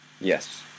Yes